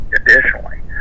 additionally